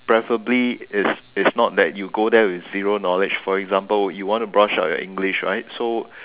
preferably is is not that you go there with zero knowledge for example you want to brush up on your English right so